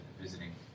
visiting